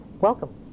welcome